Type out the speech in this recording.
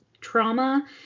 trauma